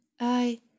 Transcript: I